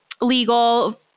legal